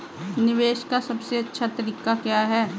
निवेश का सबसे अच्छा तरीका क्या है?